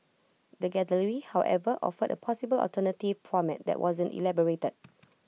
the gallery however offered A possible alternative format that wasn't elaborated